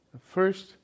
First